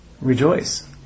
rejoice